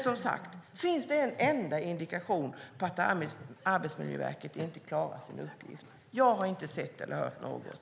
Som sagt: Finns det en enda indikation på att Arbetsmiljöverket inte klarar sin uppgift? Jag har inte sett eller hört något.